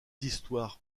histoires